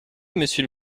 monsieur